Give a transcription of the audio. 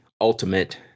ultimate